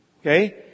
Okay